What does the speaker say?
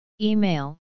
Email